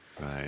right